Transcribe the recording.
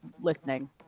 listening